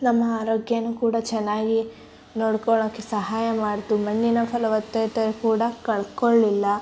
ನಮ್ಮ ಆರೋಗ್ಯನು ಕೂಡ ಚೆನ್ನಾಗಿ ನೋಡ್ಕೊಳ್ಳೋಕೆ ಸಹಾಯ ಮಾಡ್ತು ಮಣ್ಣಿನ ಫಲವತ್ತತೆ ಕೂಡ ಕಳ್ಕೊಳ್ಲಿಲ್ಲ